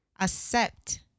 Accept